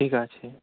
ঠিক আছে